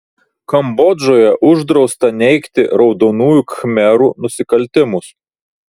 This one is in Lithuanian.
kambodžoje uždrausta neigti raudonųjų khmerų nusikaltimus